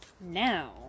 Now